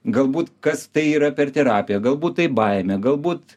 galbūt kas tai yra per terapiją galbūt tai baimė galbūt